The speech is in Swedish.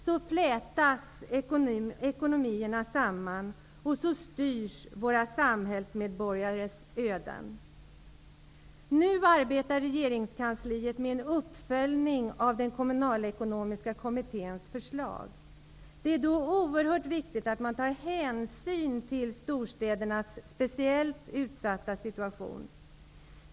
Så flätas ekonomierna samman, och så styrs våra samhällsmedborgares öden. Nu arbetar regeringskansliet med en uppföljning av Kommunalekonomiska kommitténs förslag. Det är då oerhört viktigt att man tar hänsyn till storstädernas speciellt utsatta situation.